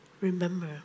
remember